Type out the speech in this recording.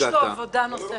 יש לו עבודה נוספת.